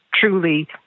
truly